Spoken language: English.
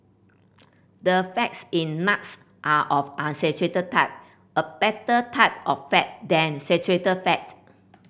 the fats in nuts are of unsaturated type a better type of fat than saturated fat